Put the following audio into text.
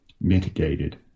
mitigated